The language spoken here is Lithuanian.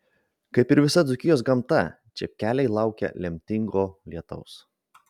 kaip ir visa dzūkijos gamta čepkeliai laukia lemtingo lietaus